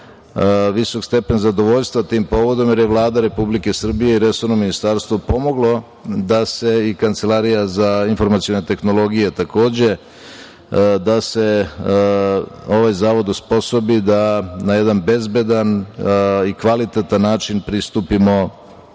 visok stepen zadovoljstva tim povodom, jer je Vlada Republike Srbije i resorno ministarstvo pomoglo da se i Kancelarija za informacione tehnologije da se ovaj Zavod osposobi da na jedan bezbedan i kvalitetan način pristupimo